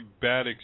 bad